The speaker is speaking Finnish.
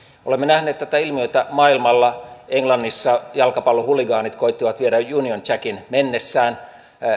olemme nähneet tätä ilmiötä maailmalla englannissa jalkapallohuligaanit koettivat viedä union jackin mennessään